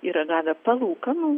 yra gavę palūkanų